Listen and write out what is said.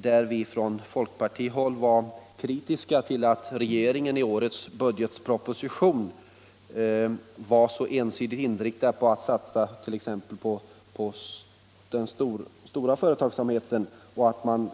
Där har vi från folkpartihåll varit — blering i Herrljunga kritiska mot att regeringen i årets budgetproposition var så ensidigt inriktad på att satsa t.ex. på den stora företagsamheten och att man